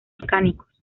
volcánicos